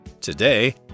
Today